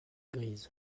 grise